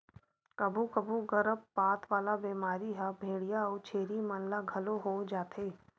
कभू कभू गरभपात वाला बेमारी ह भेंड़िया अउ छेरी मन ल घलो हो जाथे